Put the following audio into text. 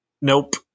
Nope